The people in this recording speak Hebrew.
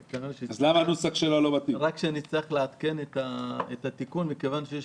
רק כנראה נצטרך לעדכן את התיקון מכיוון שיש